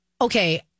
okay